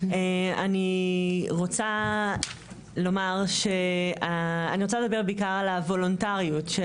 אני רוצה לדבר בעיקר על הוולונטריות,